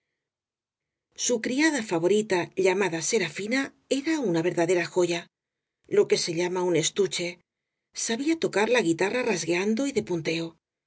su criada favorita llamada serafina era una ver dadera joya lo que se llama un estuche sabía to car la guitarra rasgueando y de punteo